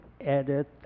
edit